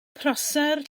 prosser